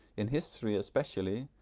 in history especially,